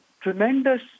tremendous